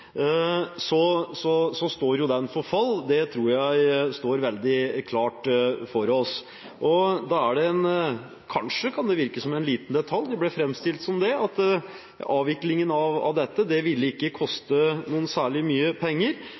står jo for fall – det tror jeg står veldig klart for oss. Og kanskje kan det virke som en liten detalj, det ble framstilt som det, at avviklingen av dette ville ikke koste særlig mye penger.